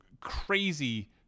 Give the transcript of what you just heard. crazy